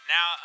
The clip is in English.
Now